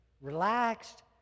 relaxed